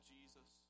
Jesus